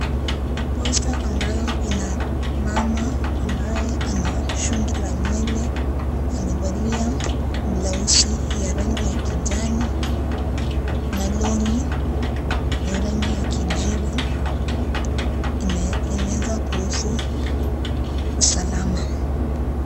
Posta ambayo ina mama ambaye ana shungi la nywele, amevalia blausi ya rangi ya kijani na longi ya rangi ya kijivu. Inaweza kuhusu usalama.